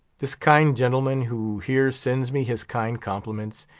this kind gentleman who here sends me his kind compliments,